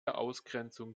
ausgrenzung